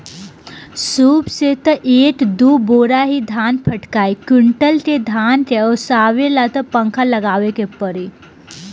सूप से त एक दू बोरा ही धान फटकाइ कुंयुटल के धान के ओसावे ला त पंखा लगावे के पड़ी